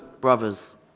brothers